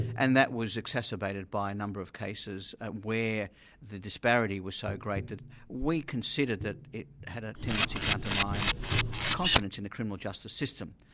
and that was exacerbated by a number of cases where the disparity was so great that we considered it had a tendency to undermine confidence in the criminal justice system.